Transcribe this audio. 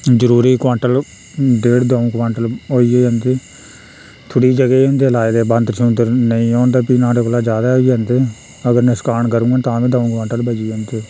जरूरी कोआंटल डेढ दो कोआंटल होई गै जंदे थोह्ड़ी जगह् च होंदे लाए दे बांदर छुंदर नेईं औन तां फ्ही नुहाड़े कोला बी ज्यादा होई जंदे अगर नकसान करन तां बी दो कोआंटल बची जंदे